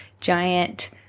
giant